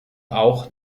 auch